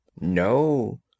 No